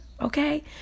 Okay